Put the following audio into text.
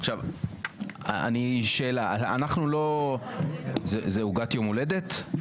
עכשיו אני שאלה אנחנו לא, זה עוגת יום הולדת?